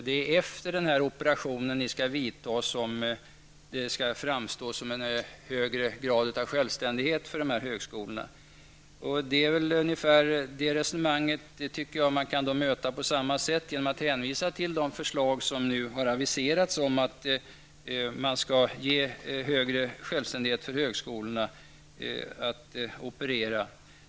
Det är efter operationen som det skall bli en högre grad av självständighet för högskolorna. Detta resonemang kan man möta på samma sätt, dvs. genom att hänvisa till de förslag som har aviserats om att högskolorna skall ges större självständighet när det gäller att operera.